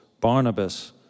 Barnabas